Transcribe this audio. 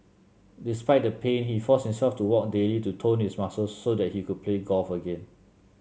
despite the pain he forced himself to walk daily to tone his muscles so that he could play golf again